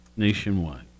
Nationwide